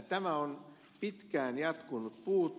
tämä on pitkään jatkunut puute